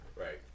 Right